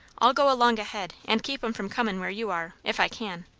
i'll go along ahead and keep em from comin where you are if i can.